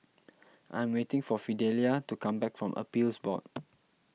I am waiting for Fidelia to come back from Appeals Board